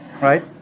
Right